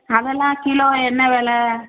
அதெல்லாம் கிலோ என்ன வில